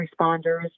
responders